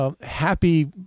Happy